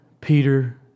Peter